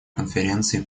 конференции